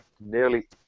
nearly